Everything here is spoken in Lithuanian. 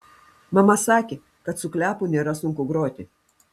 mama sakė kad su kliapu nėra sunku groti